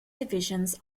divisions